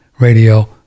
radio